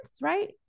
right